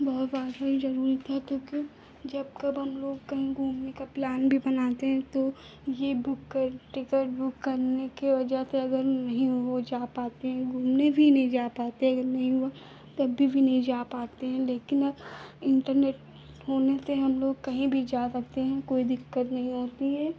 बहुत ही ज़रूरी था तो क्यों जब जब हमलोग कहीं घूमने का प्लान भी बनाते हैं तो यह बुक कर टिकट बुक करने की वज़ह से अगर हम नहीं हो जा पाते हैं घूमने भी नहीं जा पाते अगर नहीं हुआ कभी भी नहीं जा पाते हैं लेकिन अब इन्टरनेट होने से हमलोग कहीं भी जा सकते हैं कोई दिक्कत नहीं होती है